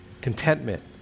contentment